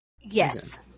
Yes